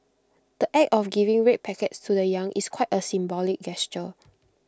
the act of giving red packets to the young is quite A symbolic gesture